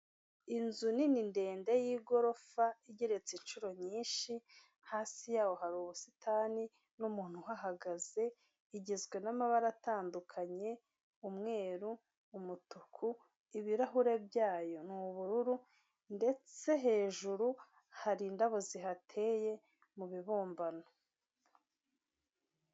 Inzu nini ndende y'igorofa igereretse inshuro nyinshi, hasi yaho hari ubusitani n'umuntu uhagaze, igizwe n'amabara atandukanye umweru, umutuku, ibirahure byayo ni ubururu ndetse hejuru hari indabo zihateye mu bibumbano.